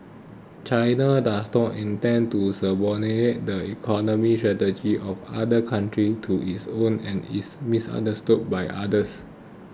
China does not intend to subordinate the economy strategies of other countries to its own and is misunderstood by others